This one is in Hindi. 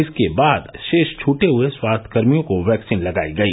इसके बाद शेष छूटे हुए स्वास्थ्य कर्मियों को वैक्सीन लगाई गई